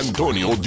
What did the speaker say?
Antonio